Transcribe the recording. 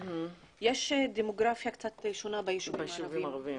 יש דמוגרפיה קצת שונה ביישובים הערביים,